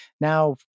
now